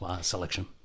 selection